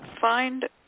find